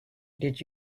did